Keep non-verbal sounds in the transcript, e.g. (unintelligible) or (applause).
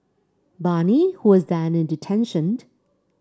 Bani who was then in detention (unintelligible)